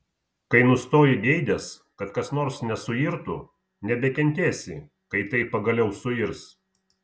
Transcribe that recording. kai nustoji geidęs kad kas nors nesuirtų nebekentėsi kai tai pagaliau suirs